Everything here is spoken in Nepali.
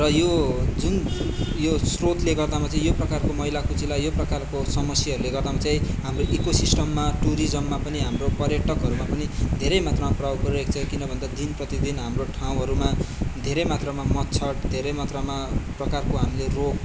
र यो जुन यो स्रोतले गर्दामा चाहिँ यो प्रकारको मैला कुचैला यो प्रकारको समस्याहरूले गर्दामा चाहिँ हाम्रो इको सिस्टममा टुरिज्ममा पनि हाम्रो पर्यटकहरूमा पनि धेरै मात्रामा प्रभाव परिरहेको छ किनभन्दा दिनप्रति दिन हाम्रो ठाउँहरूमा धेरै मात्रामा मच्छर धेरै मात्रामा प्रकारको हामीले रोग